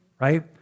Right